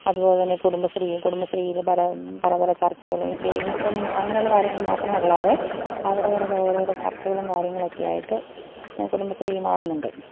അതു പോലെ തന്നെ കുടുംബശ്രീയും കുടുംബശ്രീയിലെ പല പല പല ചർച്ചകളും ഈ സേവിങ്സും അങ്ങനെയുള്ള കാര്യങ്ങൾ മാത്രമല്ലാതെ അവരവരുടെ ഓരോരോ ചർച്ചകളും കാര്യങ്ങളൊക്കെ ആയിട്ട് കുടുംബശ്രീ മാറുന്നുണ്ട്